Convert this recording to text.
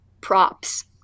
props